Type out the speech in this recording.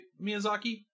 Miyazaki